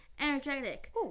energetic